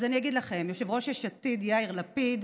אז אני אגיד לכם, יושב-ראש יש עתיד יאיר לפיד,